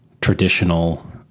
traditional